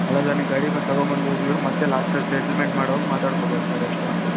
ಅಲ್ಲಲ್ಲ ನೀವು ಗಾಡಿ ಮತ್ತೆ ತಗೊಂಬಂದು ಹೋಗಿದ್ರು ಮತ್ತೆ ಲಾಸ್ಟಲ್ಲಿ ಸೆಟ್ಲ್ಮೆಂಟ್ ಮಾಡೋವಾಗ ಮಾತಾಡ್ಕೊಬೋದು ಸರ್ ಎಷ್ಟು ಅಂತ